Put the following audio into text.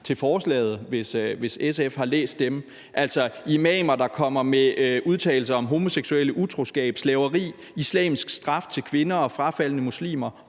til forslaget – hvis SF har læst dem – altså imamer, der kommer med udtalelser om homoseksuelle, utroskab, slaveri, islamisk straf til kvinder og frafaldne muslimer,